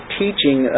teaching